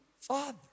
father